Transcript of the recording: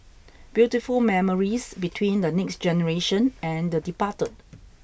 beautiful memories between the next generation and the departed